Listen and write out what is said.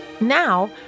Now